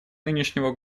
нынешнего